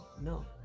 No